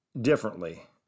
differently